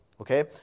Okay